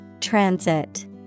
Transit